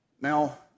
Now